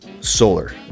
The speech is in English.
Solar